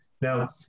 Now